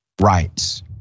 rights